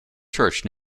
church